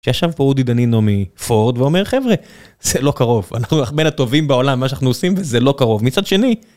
שישב פה אודי דנינו מ...פורד ואומר חבר'ה, זה לא קרוב. אנחנו אח-בין מהטובים בעולם, מה שאנחנו עושים, וזה לא קרוב. מצד שני,